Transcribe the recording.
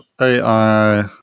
AI